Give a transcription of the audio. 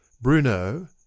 Bruno